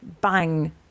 bang